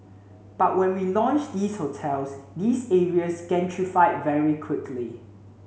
but when we launched these hotels these areas gentrified very quickly